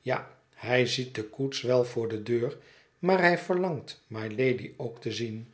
ja hij ziet de koets wel voor de deur maar hij verlangt mylady ook te zien